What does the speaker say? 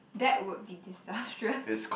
that would be disastrous